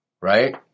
right